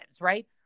right